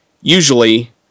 Usually